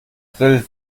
grill